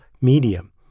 medium